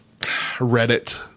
Reddit